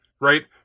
right